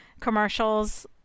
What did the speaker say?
commercials